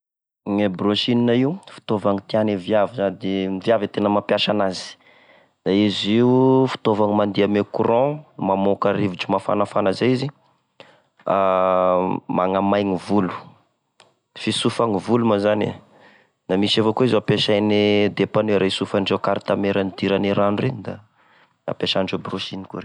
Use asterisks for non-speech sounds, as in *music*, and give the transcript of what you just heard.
E brôsiny io fitaovany tiane viavy zany de viavy e tena mampiasa anazy, da izy io fitaovana mandeha ame courant mamoaka rivotra mafanafana zay izy, *hesitation* manamaina volo, fisofany volo ma zany e! da misy avao koa izy ampesaigne depanera isofadreo carte mere nidiranie rano da ampesandreo brôsiny.koa reny.